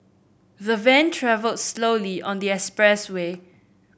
the van travelled slowly on the expressway